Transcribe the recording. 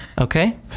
Okay